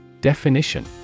Definition